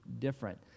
different